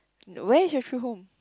where is your true home